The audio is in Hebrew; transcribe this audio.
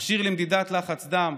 מכשיר למדידת לחץ דם,